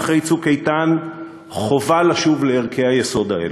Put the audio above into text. אחרי "צוק איתן" חובה לשוב לערכי היסוד האלה.